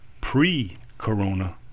pre-Corona